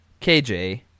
KJ